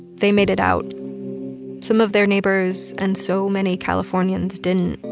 they made it out some of their neighbors and so many californians didn't.